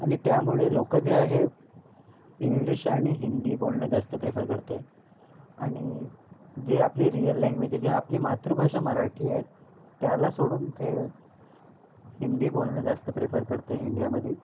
आणि त्यामुळे लोक जे आहे इंग्लिश आणि हिंदी बोलणं जास्त प्रिफर करतोय आणि जे आपली रियल लँग्वेज आहे जे आपली मातृभाषा मराठी आहे त्याला सोडून ते हिंदी बोलणे जास्त प्रिफर करते इंडियामध्ये